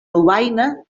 lovaina